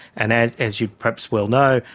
and as as you perhaps well know,